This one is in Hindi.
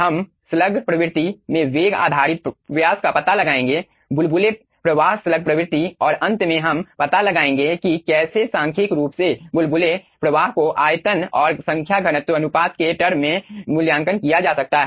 हम स्लग प्रवृत्ति में वेग आधारित व्यास का पता लगाएंगे बुलबुले प्रवाह स्लग प्रवृत्ति और अंत में हम पता लगाएंगे कि कैसे सांख्यिकीय रूप से बुलबुले प्रवाह को आयतन और संख्या घनत्व अनुपात के टर्म में मूल्यांकन किया जा सकता है